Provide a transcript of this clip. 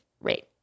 rate